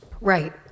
Right